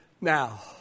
now